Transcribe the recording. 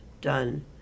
done